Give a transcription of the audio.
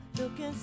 looking